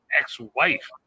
ex-wife